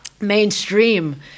mainstream